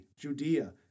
Judea